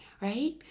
right